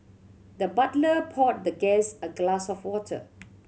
the butler poured the guest a glass of water